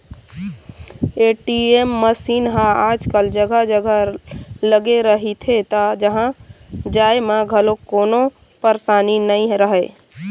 ATM machine ह आजकल जघा जघा लगे रहिथे त उहाँ जाए म घलोक कोनो परसानी नइ रहय